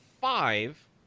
five